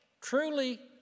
truly